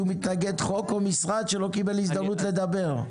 מתנגד חוק או משרד שלא קיבל הזדמנות לדבר.